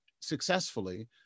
successfully